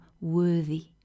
worthy